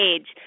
Age